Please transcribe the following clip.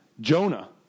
Jonah